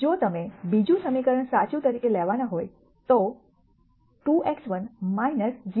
જો તમે બીજું સમીકરણ સાચા તરીકે લેવાનું હોય તો 2x1 0